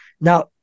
now